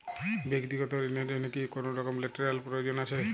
ব্যাক্তিগত ঋণ র জন্য কি কোনরকম লেটেরাল প্রয়োজন আছে?